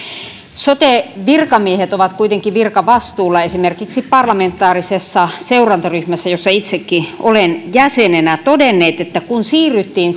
sote virkamiehet ovat kuitenkin virkavastuulla todenneet esimerkiksi parlamentaarisessa seurantaryhmässä jossa itsekin olen jäsenenä että kun siirryttiin